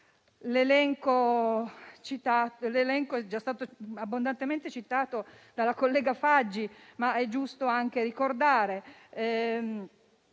L'elenco è già stato abbondantemente citato dalla collega Faggi, ma è giusto anche ricordare